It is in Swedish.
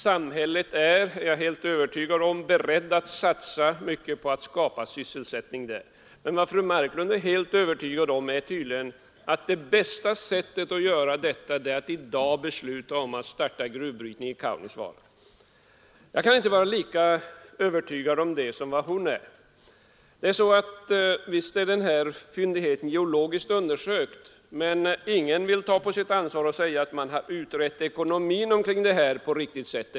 Samhället är, det är jag helt övertygad om, berett att satsa mycket på att skapa sysselsättning där. Men fru Marklund är tydligen helt övertygad om att det bästa sättet att göra det är att i dag besluta om att starta gruvbrytning i Kaunisvaara. Jag kan inte vara lika övertygad om det som hon är. Visst är fyndigheten geologiskt undersökt, men ingen vill ta på sitt ansvar att säga att man ännu har utrett ekonomin på ett riktigt sätt.